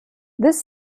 this